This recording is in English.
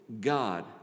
God